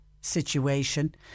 situation